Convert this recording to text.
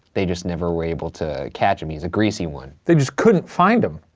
they just never were able to catch him. he's a greasy one. they just couldn't find him.